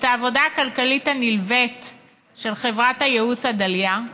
הוא ביקש גם את העבודה הכלכלית הנלווית של חברת הייעוץ עדליא,